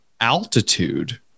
altitude